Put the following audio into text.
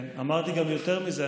אמרתי גם יותר מזה,